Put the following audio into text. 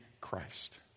Christ